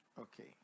okay